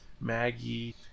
Maggie